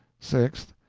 sixth.